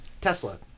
Tesla